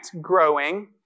growing